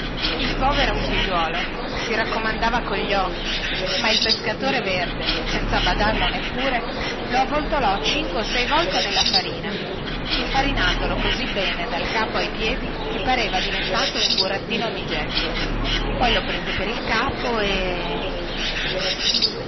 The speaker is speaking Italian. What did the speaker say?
il povero figliuolo si raccomandava cogli occhi ma il pescatore verde senza badarlo neppure lo avvoltolò cinque o sei volte nella farina infarinandolo così bene dal capo ai piedi che pareva diventato un burattino di gesso poi lo prese per il capo e